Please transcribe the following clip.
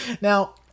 Now